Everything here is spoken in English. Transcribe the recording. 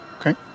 Okay